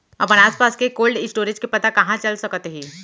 अपन आसपास के कोल्ड स्टोरेज के पता कहाँ चल सकत हे?